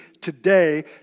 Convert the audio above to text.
today